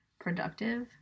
productive